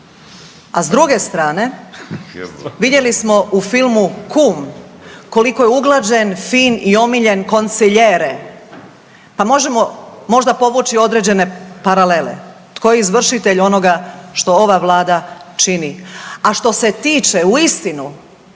a s druge strane vidjeli smo u filmu Kum koliko je uglađen, fin i omiljen konsiljere, pa možemo možda povući određene paralele, tko je izvršitelj onoga što ova vlada čini. A što se tiče uistinu